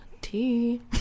Tea